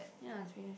yea it's really